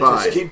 Bye